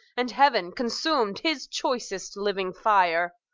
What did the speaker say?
and heaven consum'd his choicest living fire!